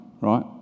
right